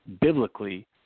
biblically